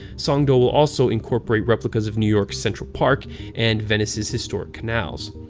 songdo will also incorporate replicas of new york's central park and venice's historic canals.